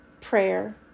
prayer